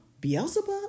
Beelzebub